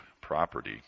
property